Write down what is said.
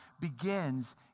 begins